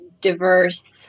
diverse